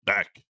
Back